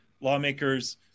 lawmakers